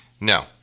No